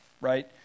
right